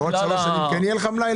עוד שלוש שנים יהיה מלאי?